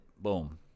Boom